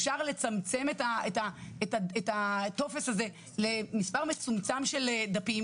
אפשר לצמצם את הטופס הזה למספר מצומצם של דפים